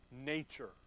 nature